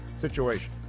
situation